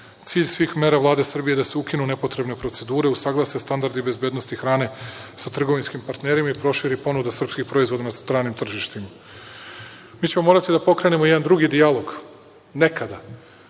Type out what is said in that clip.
svih mera Vlade Srbije je da se ukinu nepotrebne procedure, usaglase standardi bezbednosti hrane sa trgovinskim partnerima i proširi ponuda srpskih proizvoda na stranim tržištima. Mi ćemo morati da pokrenemo jedan drugi dijalog nekada,